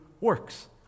works